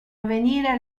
avvenire